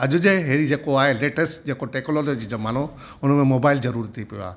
अॼु जे अहिड़ी जेको आहे लेटेस्ट जेको टैक्नोलॉजी जो ज़मानो हुनमें मोबाइल ज़रूरी थी पियो आहे